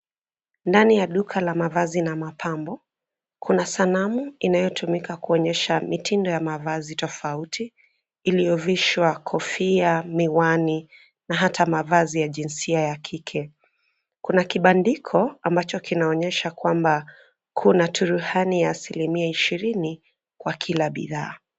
Ndani ya duka la mavazi na mapambo, kuna sanamu inayotumika kuonyesha mitindo ya mavazi tofauti, iliyovishwa kofia, miwani na hata mavazi ya jinsia ya kike. Kuna kibandiko ambacho kinaonyesha kwamba kuna turuhani ya asilimia ishirini kwa kila bidhaa.